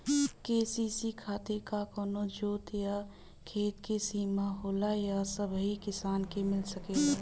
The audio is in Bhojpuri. के.सी.सी खातिर का कवनो जोत या खेत क सिमा होला या सबही किसान के मिल सकेला?